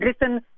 listen